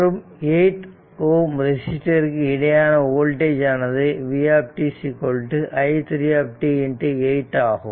மற்றும் 8Ω ரெசிஸ்டருக்கு இடையேயான வோல்டேஜ் ஆனது vt i3 t 8 ஆகும்